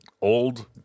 Old